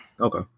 Okay